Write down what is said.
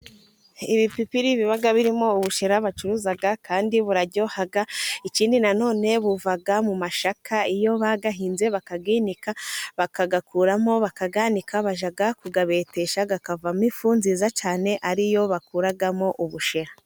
Ibipipiri biba birimo ubushera bacuruza, kandi buraryoha. Ikindi, none, buva mu masaka. Iyo bayahinze, bakayinika, bakayakuramo, bakayanika, bajya kuyabetesha, akavamo ifu nziza cyane, ari yo bakuramo ubushera.